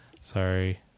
Sorry